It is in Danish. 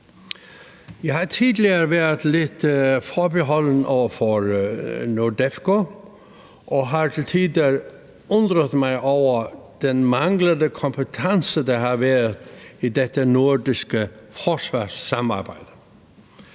Jeg har tidligere været lidt forbeholden over for NORDEFCO og har til tider undret mig over den manglende kompetence, der har været i dette nordiske forsvarssamarbejde.